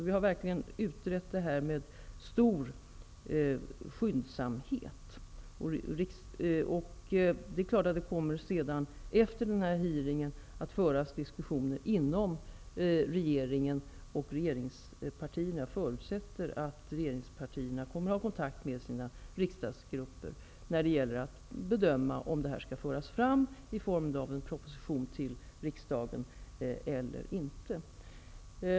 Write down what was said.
Vi har verkligen utrett frågan med stor skyndsamhet. Det kommer efter hearingen att föras diskussioner inom regeringen och regeringspartierna. Jag förutsätter att regeringspartierna kommer att ta kontakt med sina riksdagsgrupper när det gäller att bedöma om frågan skall föras fram i form av proposition till riksdagen eller inte.